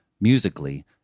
musically